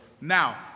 Now